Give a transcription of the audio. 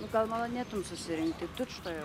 nu gal malonėtum susirinkti tučtuojau